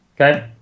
Okay